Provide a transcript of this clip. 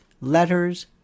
letters